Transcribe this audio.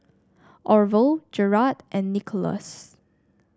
Orval Jerad and Nicholaus